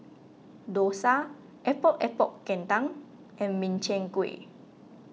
Dosa Epok Epok Kentang and Min Chiang Kueh